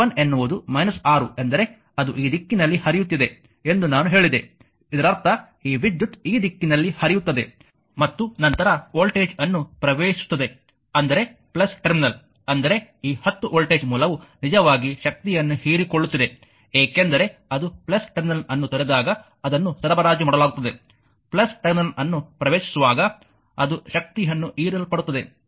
i 1 ಎನ್ನುವುದು 6 ಎಂದರೆ ಅದು ಈ ದಿಕ್ಕಿನಲ್ಲಿ ಹರಿಯುತ್ತಿದೆ ಎಂದು ನಾನು ಹೇಳಿದೆ ಇದರರ್ಥ ಈ ವಿದ್ಯುತ್ ಈ ದಿಕ್ಕಿನಲ್ಲಿ ಹರಿಯುತ್ತದೆ ಮತ್ತು ನಂತರ ವೋಲ್ಟೇಜ್ ಅನ್ನು ಪ್ರವೇಶಿಸುತ್ತದೆ ಅಂದರೆ ಟರ್ಮಿನಲ್ ಅಂದರೆ ಈ 10 ವೋಲ್ಟೇಜ್ ಮೂಲವು ನಿಜವಾಗಿ ಶಕ್ತಿಯನ್ನು ಹೀರಿಕೊಳ್ಳುತ್ತಿದೆ ಏಕೆಂದರೆ ಅದು ಟರ್ಮಿನಲ್ ಅನ್ನು ತೊರೆದಾಗ ಅದನ್ನು ಸರಬರಾಜು ಮಾಡಲಾಗುತ್ತದೆ ಟರ್ಮಿನಲ್ ಅನ್ನು ಪ್ರವೇಶಿಸುವಾಗ ಅದು ಶಕ್ತಿಯನ್ನು ಹೀರಲ್ಪಡುತ್ತದೆ